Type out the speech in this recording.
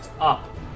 up